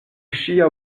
ŝia